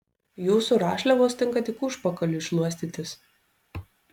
jūsų rašliavos tinka tik užpakaliui šluostytis